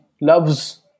loves